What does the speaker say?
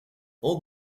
all